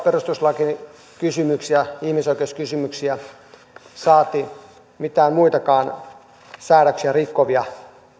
perustuslakikysymyksiä ihmisoikeuskysymyksiä saati mitään muitakaan säädöksiä rikkovia